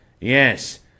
Yes